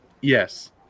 Yes